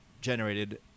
generated